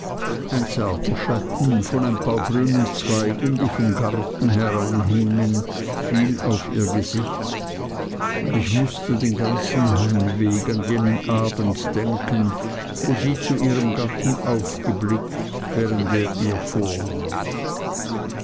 ein zarter schatten von ein paar grünen zweigen die vom garten hereinhingen fiel auf ihr gesicht und ich mußte den ganzen heimweg an jenen abend denken wo sie zu ihrem gatten aufgeblickt während er ihr vorlas